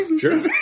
Sure